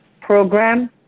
program